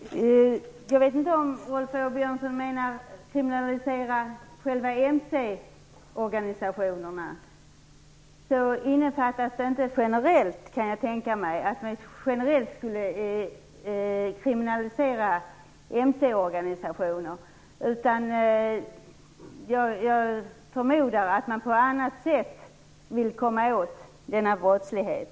Fru talman! Jag vet inte om Rolf Åbjörnsson menar kriminalisering av själva mc-organisationerna. Jag kan tänka mig att mc-organisationer inte kriminaliseras generellt, utan jag förmodar att man på annat sätt vill komma åt denna brottslighet.